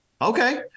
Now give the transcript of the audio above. okay